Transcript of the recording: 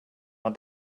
att